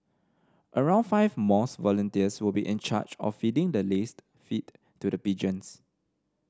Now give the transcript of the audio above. around five mosque volunteers will be in charge of feeding the laced feed to the pigeons